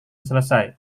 selesai